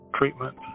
treatment